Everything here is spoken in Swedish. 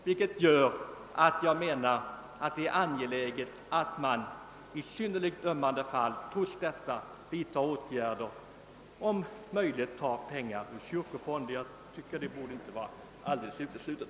Därför finner jag det angeläget att man i särskilt ömmande fall trots detta vidtar åtgärder. Om möjligt bör man ta pengar ur kyrkofonden; det borde inte vara alldeles uteslutet.